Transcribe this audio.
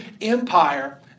Empire